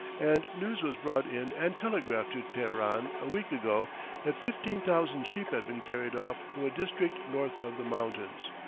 and news was brought in and telegraphed to teheran a week ago that fifteen thousand sheep had been carried off from a district north of the mountains.